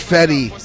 Fetty